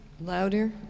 Louder